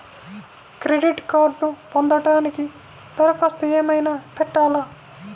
Credit కార్డ్ను పొందటానికి దరఖాస్తు ఏమయినా పెట్టాలా?